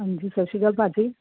ਹਾਂਜੀ ਸਤਿ ਸ਼੍ਰੀ ਅਕਾਲ ਭਾਅ ਜੀ